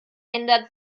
ändert